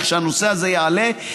כשהנושא הזה יעלה,